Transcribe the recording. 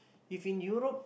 if in Europe